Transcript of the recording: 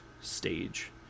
stage